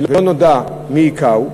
ולא נודע מי הכהו,